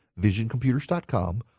visioncomputers.com